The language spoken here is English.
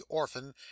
orphan